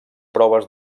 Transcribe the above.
proves